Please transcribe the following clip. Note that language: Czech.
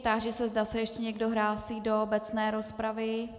Táži se, zda se ještě někdo hlásí do obecné rozpravy?